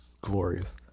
glorious